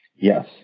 Yes